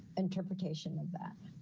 interpretation of that.